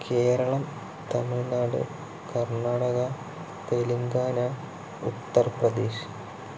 Kerala Tamil Nadu Karnataka Telangana utter Pradesh